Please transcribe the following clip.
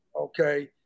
okay